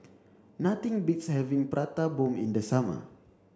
nothing beats having Prata Bomb in the summer